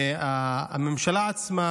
מהממשלה עצמה,